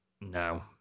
No